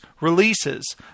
releases